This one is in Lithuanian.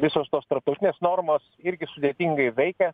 visos tos tarptautinės normos irgi sudėtingai veikia